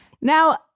Now